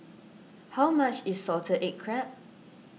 how much is Salted Egg Crab